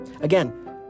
Again